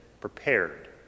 prepared